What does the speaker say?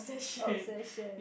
obsession